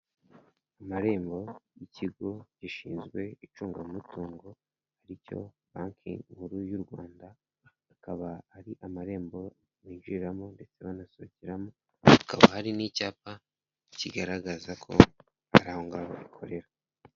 Amarembo y'ikigo gishinzwe icungamutungo ari cyo banki nkuru y'u Rwanda akaba ari amarembo binjiramo ndetse banasohokeramo hakaba hari n'icyapa kigaragaza ko ari aho ngaho bakorera.